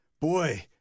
Boy